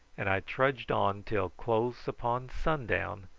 and i trudged on till close upon sundown,